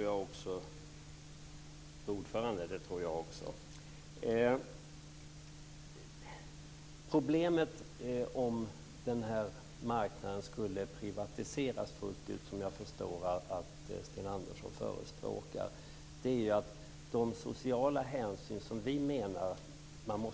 Fru talman! Det tror jag också. Problemet med att privatisera den här marknaden fullt ut, vilket Sten Andersson förespråkar, är att de sociala hänsyn som vi anser att man